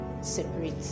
separate